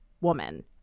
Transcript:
woman